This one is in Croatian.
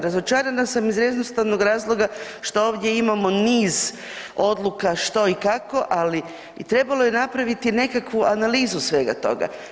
Razočarana sam iz jednostavnog razloga što ovdje imamo niz odluka što i kako ali trebalo je napraviti nekakvu analizu svega toga.